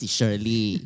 Shirley